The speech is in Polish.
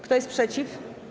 Kto jest przeciw?